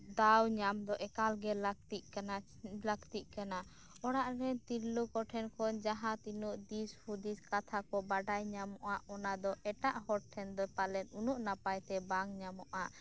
ᱫᱟᱣᱧᱟᱢ ᱫᱚ ᱮᱠᱟᱞᱜᱮ ᱞᱟᱹᱠᱛᱤᱜ ᱠᱟᱱᱟ ᱚᱲᱟᱜ ᱨᱮᱱ ᱛᱤᱨᱞᱟᱹ ᱠᱚ ᱴᱷᱮᱱ ᱠᱷᱚᱱ ᱡᱟᱦᱟᱸ ᱛᱤᱱᱟᱹᱜ ᱫᱤᱥ ᱦᱩᱫᱤᱥ ᱠᱟᱛᱷᱟᱠᱚ ᱵᱟᱰᱟᱭ ᱧᱟᱢᱚᱜᱼᱟ ᱚᱱᱟᱫᱚ ᱮᱴᱟᱜ ᱦᱚᱲᱴᱷᱮᱱ ᱫᱚ ᱯᱟᱞᱮᱱ ᱩᱱᱟᱹᱜ ᱱᱟᱯᱟᱭ ᱛᱮ ᱵᱟᱝ ᱧᱟᱢᱚᱜᱼᱟ